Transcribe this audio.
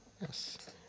Yes